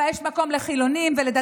בה יש מקום לחילונים ולדתיים,